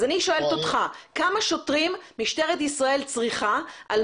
אז אני שואלת אותך כמה שוטרים משטרת ישראל צריכה על